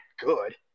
good